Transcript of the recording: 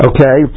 Okay